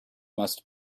must